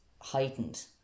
heightened